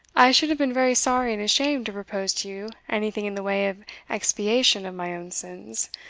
i should have been very sorry and ashamed to propose to you anything in the way of expiation of my own sins,